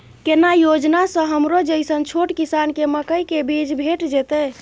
केना योजना स हमरो जैसन छोट किसान के मकई के बीज भेट जेतै?